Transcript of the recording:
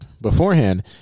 beforehand